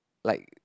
like